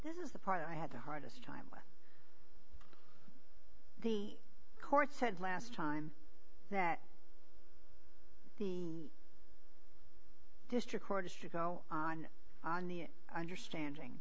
this is the part i had the hardest time with the court said last time that the district court is to go on on the understanding